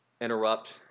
interrupt